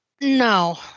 No